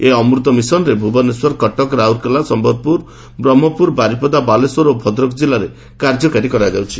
ଏହି ଅମୃତ ମିଶନ୍ରେ ଭୁବନେଶ୍ୱର କଟକ ରାଉରକେଲା ସମ୍ଲପୁର ବ୍ରହ୍କପୁର ବାରିପଦା ବାଲେଶ୍ୱର ଭଦ୍ରକ ଜିଲ୍ଲାରେ କାର୍ଯ୍ୟକାରୀ କରାଯିବ